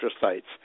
sites